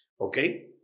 okay